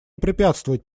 препятствовать